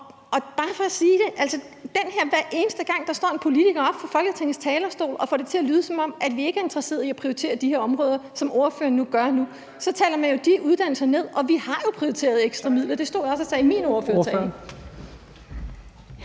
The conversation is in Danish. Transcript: vil bare sige, at hver eneste gang der står en politiker oppe på Folketingets talerstol og får det til at lyde, som om vi ikke er interesseret i at prioritere de her områder, som ordføreren gør nu, så taler man jo de uddannelser ned, og vi har jo prioriteret ekstra midler. Det stod jeg også og sagde i min ordførertale.